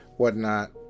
whatnot